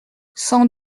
sans